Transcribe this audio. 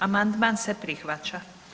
Amandman se prihvaća.